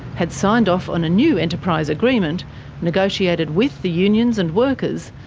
had signed off on a new enterprise agreement negotiated with the unions and workers,